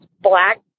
black